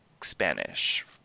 Spanish